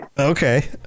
Okay